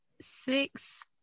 six